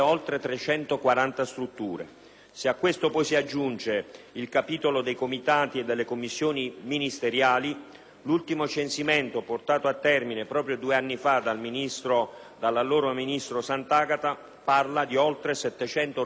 Se a ciò si aggiunge poi il capitolo dei comitati e delle commissioni ministeriali, l'ultimo censimento, portato a termine proprio due anni fa dall'allora ministro Santagata, parla di oltre 700 organismi individuati.